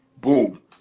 boom